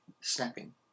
snapping